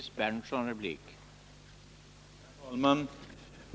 Herr talman!